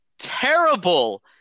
terrible